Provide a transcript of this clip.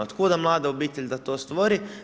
Od kuda mlada obitelj da to stvori?